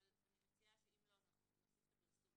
אבל אני מציעה שאם לא אז נוסיף את הפרסום,